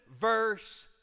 verse